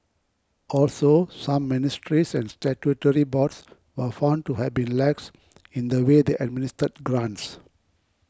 also some ministries and statutory boards were found to have been lax in the way they administered grants